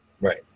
Right